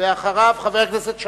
אחריו, חבר הכנסת שאמה,